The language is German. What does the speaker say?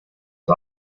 war